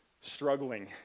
struggling